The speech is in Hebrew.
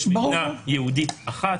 יש מדינה יהודית אחת,